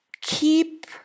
keep